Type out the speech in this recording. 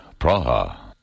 Praha